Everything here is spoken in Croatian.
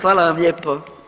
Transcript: Hvala vam lijepo.